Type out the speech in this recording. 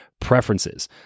preferences